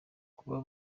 kuba